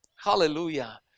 Hallelujah